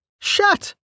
Shut